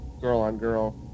girl-on-girl